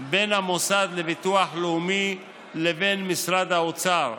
בין המוסד לביטוח לאומי לבין משרד האוצר,